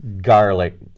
Garlic